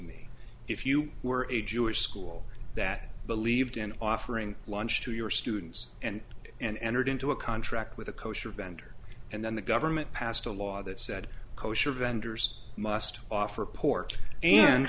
me if you were a jewish school that believed in offering lunch to your students and and entered into a contract with a kosher vendor and then the government passed a law that said kosher vendors must offer port and